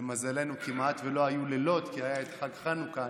למזלנו כמעט לא היו לילות, כי היה חג חנוכה.